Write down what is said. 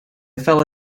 fell